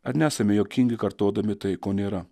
ar nesame juokingi kartodami tai ko nėra